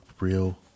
real